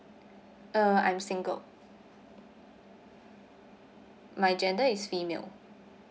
uh I'm single my gender is female